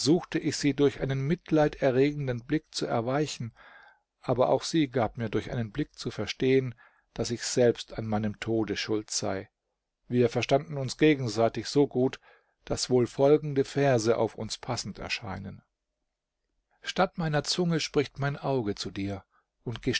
ich sie durch einen mitleid erregenden blick zu erweichen aber auch sie gab mir durch einen blick zu verstehen daß ich selbst an meinem tode schuld sei wir verstanden uns gegenseitig so gut daß wohl folgende verse auf uns passend erscheinen statt meiner zunge spricht mein auge zu dir und